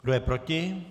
Kdo je proti?